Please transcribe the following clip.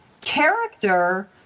character